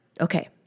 okay